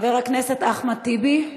חבר הכנסת אחמד טיבי,